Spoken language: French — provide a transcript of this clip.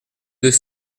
deux